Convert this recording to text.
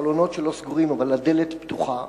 החלונות שלו סגורים אבל הדלת פתוחה,